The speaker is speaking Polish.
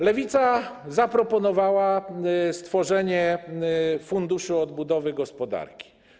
Lewica zaproponowała stworzenie Funduszu Odbudowy Gospodarki.